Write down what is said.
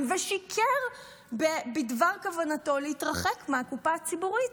ושיקר בדבר כוונתו להתרחק מהקופה הציבורית.